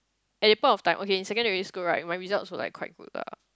at that point of time okay in secondary school right my result also like quite good lah